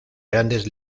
grandes